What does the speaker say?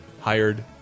hired